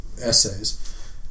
essays